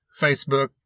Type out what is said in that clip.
Facebook